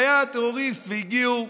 היה הטרוריסט והגיעו,